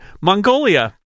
Mongolia